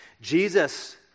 Jesus